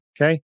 okay